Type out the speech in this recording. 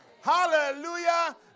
Hallelujah